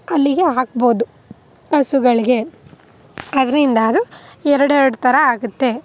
ಅಲ್ಲಿಗೆ ಹಾಕ್ಬೋದು ಹಸುಗಳಿಗೆ ಅದರಿಂದ ಅದು ಎರಡೆರಡು ಥರ ಆಗುತ್ತೆ